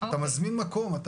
מקום.